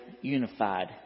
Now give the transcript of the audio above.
unified